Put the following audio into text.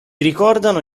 ricordano